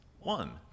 One